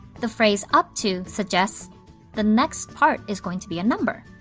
the phrase up to suggests the next part is going to be a number.